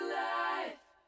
life